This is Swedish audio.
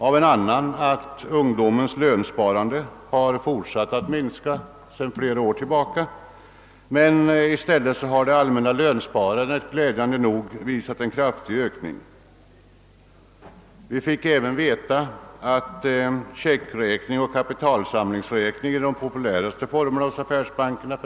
En annan bilaga visade att ungdomens lönsparande under flera år hade minskat. I stället har dock det allmänna lönsparandet glädjande nog visat en kraftig ökning. Vi fick även veta att checkräkning och kapitalsamlingsräkning för närvarande är de populäraste kontoformerna hos affärsbankerna.